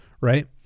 right